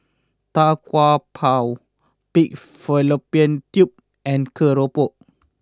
Tau Kwa Pau Pig Fallopian Tubes and Keropok